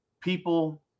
people